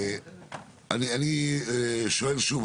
אני שואל שוב,